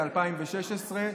ב-2016,